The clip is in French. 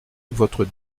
votre